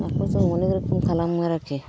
नाखौ जों अनेक रोखोम नि खालामो आरोखि